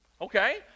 okay